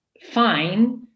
fine